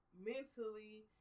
mentally